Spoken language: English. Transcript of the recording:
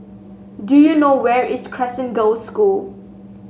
do you know where is Crescent Girls' School